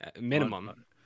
Minimum